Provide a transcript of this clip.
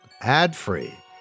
ad-free